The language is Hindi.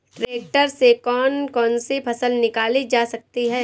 ट्रैक्टर से कौन कौनसी फसल निकाली जा सकती हैं?